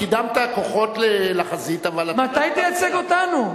קידמת כוחות לחזית, אבל, מתי תייצג אותנו?